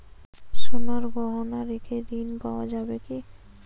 সোনার গহনা রেখে ঋণ পাওয়া যাবে কি?